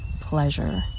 pleasure